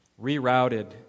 rerouted